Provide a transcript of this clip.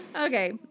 Okay